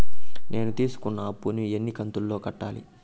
నేను తీసుకున్న అప్పు ను ఎన్ని కంతులలో కట్టాలి?